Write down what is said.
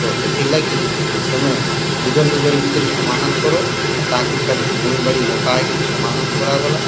ତ ସେଥିର୍ଲାଗି ତମେ ନିଜର୍ ନିଜର୍ ଭିତ୍ରେ ସମାଧାନ୍ କର ଆର୍ ତାହାକୁ ଫେର୍ ଜମିବାଡ଼ି ମପା ହେଇକିରି ସମାଧାନ୍ କରାଗଲା